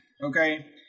Okay